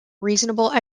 reasonable